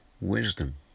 wisdom